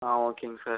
ஆ ஓகேங்க சார்